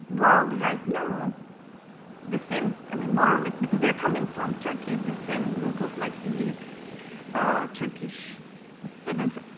while right now the same i mean, more or less because they are coming from turkey, the same group of, like, elite turkish students,